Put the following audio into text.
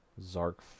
Zark